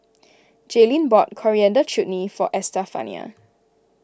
Jaylin bought Coriander Chutney for Estefania